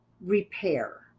repair